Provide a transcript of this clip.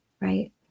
right